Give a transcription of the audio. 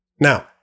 Now